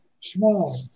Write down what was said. small